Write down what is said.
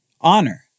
Honor